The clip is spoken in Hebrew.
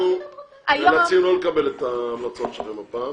אנחנו נאלצים לא לקבל את ההמלצות שלכם הפעם.